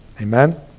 Amen